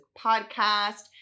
podcast